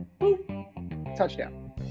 Touchdown